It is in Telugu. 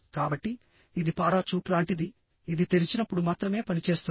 కాబట్టి ఇది పారాచూట్ లాంటిది ఇది తెరిచినప్పుడు మాత్రమే పనిచేస్తుంది